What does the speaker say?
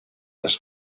las